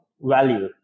value